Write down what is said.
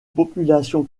population